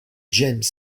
james